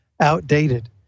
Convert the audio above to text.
outdated